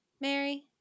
Mary